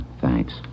thanks